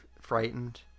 frightened